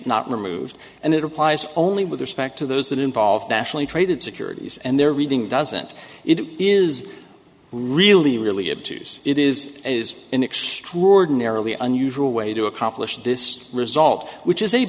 not removed and it applies only with respect to those that involve nationally traded securities and their reading doesn't it is really really good to use it is an extraordinarily unusual way to accomplish this result which is a